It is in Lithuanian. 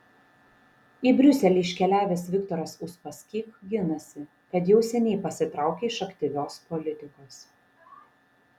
į briuselį iškeliavęs viktoras uspaskich ginasi kad jau seniai pasitraukė iš aktyvios politikos